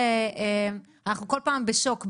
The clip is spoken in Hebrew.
אנחנו כל פעם בשוק,